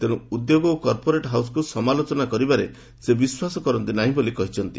ତେଣୁ ଉଦ୍ୟୋଗ ଓ କର୍ପୋରେଟ୍ ହାଉସ୍କୁ ସମାଲୋଚନା କରିବାରେ ସେ ବିଶ୍ୱାସ କରନ୍ତି ନାହିଁ ବୋଲି କହିଛନ୍ତି